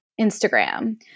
Instagram